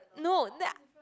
no then I